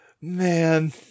Man